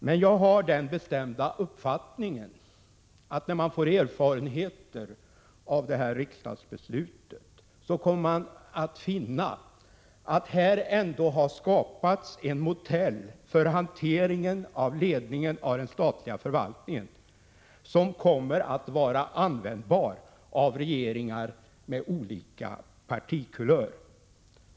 Men jag har den bestämda uppfattningen att man, när man väl har erfarenheter av det här riksdagsbeslutet, kommer att finna att det ändå har skapats en modell för hanteringen av ledningen av den statliga förvaltningen, som kommer att vara användbar för regeringar av olika partikulör.